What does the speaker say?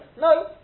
No